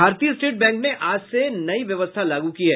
भारतीय state bank ने आज से एक नई व्यवस्था लागू की है